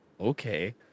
okay